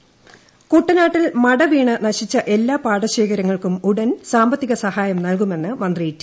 Thomas കുട്ടനാട്ടിൽ മട വീണ് നശിച്ച് എല്ലാ പാടശേഖരങ്ങൾക്കും ഉടൻ സാമ്പത്തിക സഹായം ന്ത്ർക്ക്മെന്ന് മന്ത്രി ടി